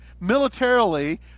militarily